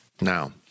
Now